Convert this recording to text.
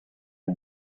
and